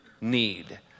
need